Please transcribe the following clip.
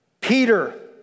Peter